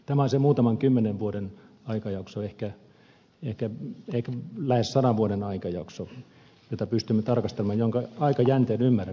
tämä on se muutaman kymmenen vuoden aikajakso ehkä lähes sadan vuoden aikajakso jota pystymme tarkastelemaan jonka aikajänteen ymmärrän